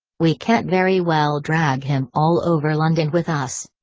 we can't very well drag him all over london with us.